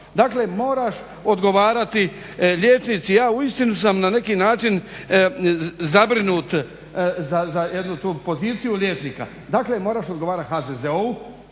Dakle, moraš odgovarati liječnici, ja uistinu sam na neki način zabrinut za jednu tu poziciju liječnika. Dakle, moraš odgovarati HZZO-u